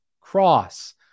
cross